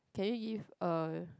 can you give a